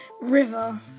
River